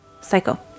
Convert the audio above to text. Psycho